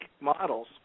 models